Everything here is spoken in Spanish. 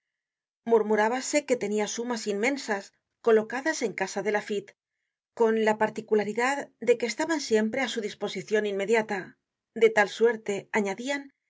at murmurábase que tenia sumas inmensas colocadas en casa de laffitte con la particularidad de que estaban siempre á su disposicion inmediata de tal suerte anadian que